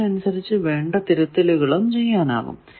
അതിനനുസരിച്ചു വേണ്ട തിരുത്തലുകളും ചെയ്യാനാകും